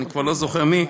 אני כבר לא זוכר מי,